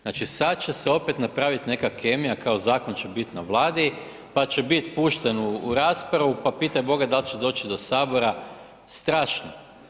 Znači sad će se opet napravit neka kemija, kao zakon na Vladi pa će bit pušten u raspravu, pa pitaj boga dal će doći do Sabora, strašno.